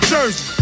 Jersey